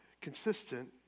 consistent